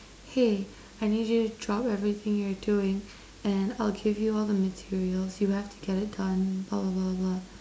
hey I need you to drop everything you're doing and I'll give you all the materials you have to get it done blah blah blah blah blah